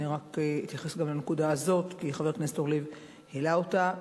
אני רק אתייחס גם לנקודה הזאת כי חבר הכנסת אורלב העלה אותה.